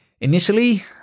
initially